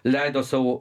leido savo